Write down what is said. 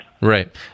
Right